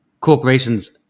corporations